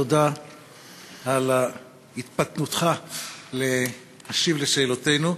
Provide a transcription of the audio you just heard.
תודה על התפתותך להשיב על שאלותינו.